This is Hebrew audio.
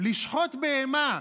לשחוט בהמה,